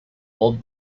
old